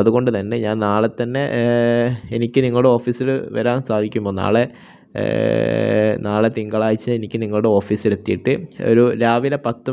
അതുകൊണ്ട് തന്നെ ഞാൻ നാളെത്തന്നെ എനിക്ക് നിങ്ങളുടെ ഓഫീസില് വരാൻ സാധിക്കുമോ നാളെ നാളെ തിങ്കളാഴ്ച എനിക്ക് നിങ്ങളുടെ ഓഫീസിലെത്തിയിട്ട് ഒരു രാവിലെ പത്ത്